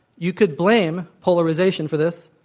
you could blame polarization for this.